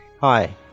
Hi